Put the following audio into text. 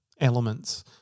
elements